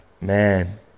man